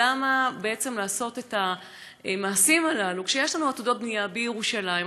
למה בעצם לעשות את המעשים הללו כשיש לנו עתודות בנייה בירושלים,